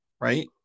right